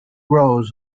grows